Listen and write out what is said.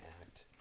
act